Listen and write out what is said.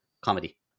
comedy